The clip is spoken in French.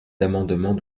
d’amendements